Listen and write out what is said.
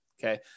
Okay